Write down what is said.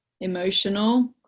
emotional